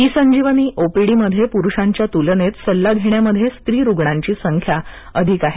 E Sanjeevani ओपीडीमध्ये पुरूषांच्या तुलनेत सल्ला घेण्यामध्ये स्त्री रुग्णांची संख्या अधिक आहे